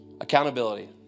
accountability